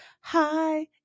hi